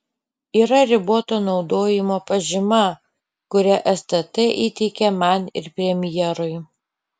yra riboto naudojimo pažyma kurią stt įteikė man ir premjerui